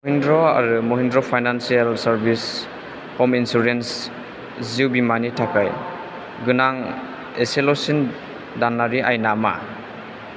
महिन्द्र आरो Mahindra financial service home insurance जिउ बीमानि थाखाय गोनां इसेल'सिन दानारि आयेनआ मा